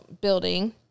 building